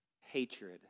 Hatred